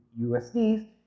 USDs